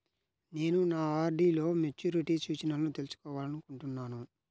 నేను నా ఆర్.డీ లో మెచ్యూరిటీ సూచనలను తెలుసుకోవాలనుకుంటున్నాను